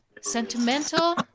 sentimental